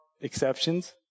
exceptions